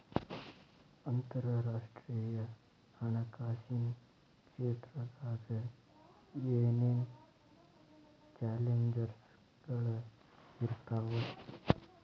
ಅಂತರರಾಷ್ಟ್ರೇಯ ಹಣಕಾಸಿನ್ ಕ್ಷೇತ್ರದಾಗ ಏನೇನ್ ಚಾಲೆಂಜಸ್ಗಳ ಇರ್ತಾವ